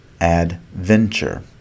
Adventure